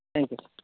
thank you sir